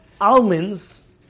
almonds